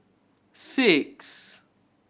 six